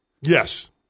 Yes